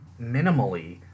minimally